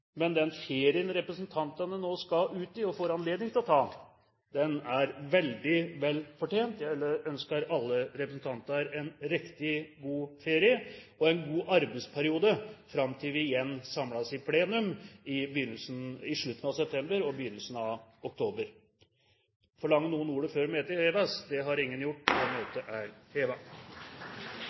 men den ferien representantene nå skal ut i, og får anledning til å ta, den er veldig velfortjent. Jeg ønsker alle representanter en riktig god ferie og en god arbeidsperiode fram til vi igjen samles i plenum i slutten av september og begynnelsen av oktober. Forlanger noen ordet før møtet heves? – Møtet er